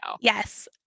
Yes